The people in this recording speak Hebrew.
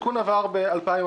התיקון עבר ב-2014.